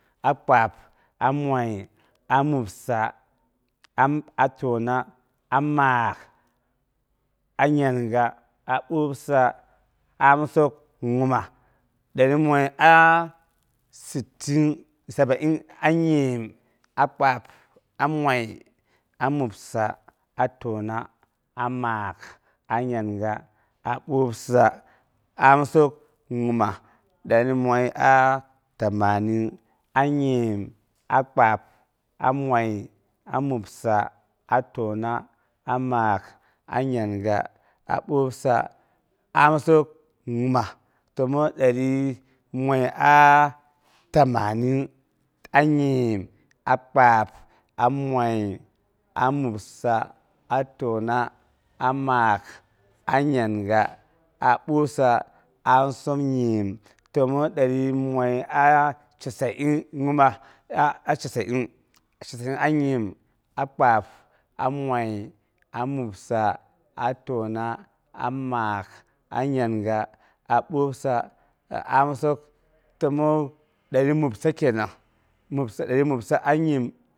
A kpab a moi, a mobsa, a tauna, a maak a ngyanga a boobsa, a amsok ngimas dari moi a sittin sabain. A nyim, a kpab, a moi a mobsi a tauni, a maak a ngynaga, a boobsa, a amsok ngimas, dari moi a tamanin. a nyim, a kpab, a moi, a mobsa, a tauni, a maak a ngyanga, a woobso amsok, ngimas təma dari moi a tamanin. a nyim, a kpab, a moi, a mobsa, a tauni, a maak a ngyanga, a woobso amsok, ngimas təma dari moi a chasa'in. a nyim, a kpab, a moi, a mobsa a tauna, a maak a ngyanga, a abwoobsa a amsok təma dari mobsa. kenang, dari mobsa a nyim eee.